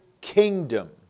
kingdom